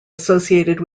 associated